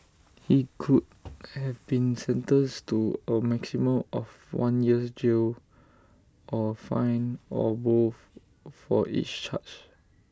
he could have been sentenced to A maximum of one year's jail or fine or both for each charge